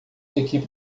equipe